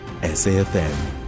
SAFM